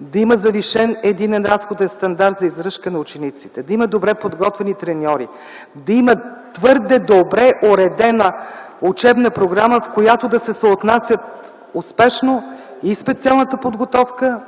да има завишен единен разходен стандарт за издръжка на учениците, да има добре подготвени треньори, да има твърде добре уредена учебна програма, в която да се съотнасят успешно и специалната подготовка,